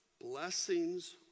Blessings